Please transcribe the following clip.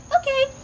okay